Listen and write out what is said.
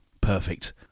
Perfect